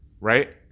right